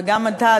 וגם אתה,